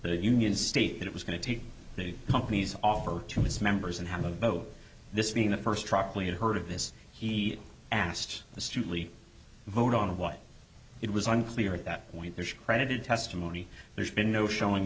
the union state that it was going to take the company's offer to its members and have a vote this being the first truckload heard of this he asked the student vote on what it was unclear at that point there's credited testimony there's been no showing